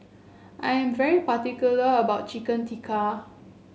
I am very particular about Chicken Tikka